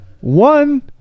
One